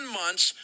months